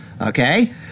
okay